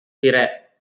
பிற